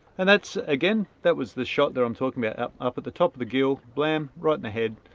and that's, again, that was the shot there i'm talking about up up at the top of the gill. blam, right in the head.